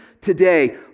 today